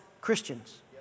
Christians